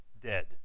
dead